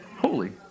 Holy